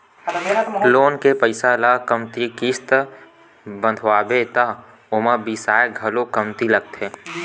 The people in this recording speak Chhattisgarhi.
लोन के पइसा ल कमती किस्त बंधवाबे त ओमा बियाज घलो कमती लागथे